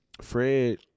Fred